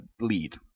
lead